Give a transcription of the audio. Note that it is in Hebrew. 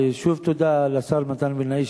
ושוב תודה לשר מתן וילנאי,